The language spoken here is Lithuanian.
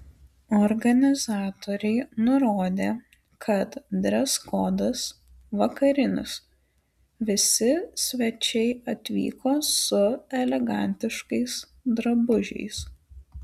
organizatoriai nurodė kad dreskodas vakarinis visi svečiai atvyko su elegantiškais drabužiais